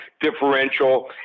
differential